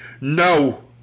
No